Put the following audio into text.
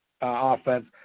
offense